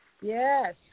Yes